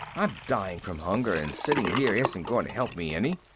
i'm dying from hunger and sitting here isn't going to help me any.